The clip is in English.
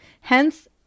hence